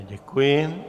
Děkuji.